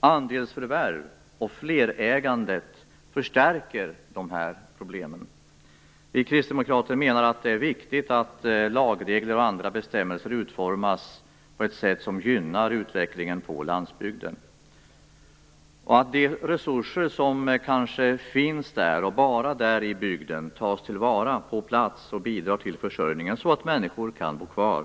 Andelsförvärv och flerägande förstärker de här problemen. Vi kristdemokrater menar att det är viktigt att lagregler och andra bestämmelser utformas på ett sätt som gynnar utvecklingen på landsbygden. Det är också viktigt att de resurser som finns i bygden, och kanske bara där, tas till vara på plats och bidrar till försörjningen så att människor kan bo kvar